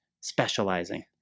specializing